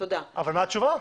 מה התשובה?